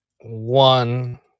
one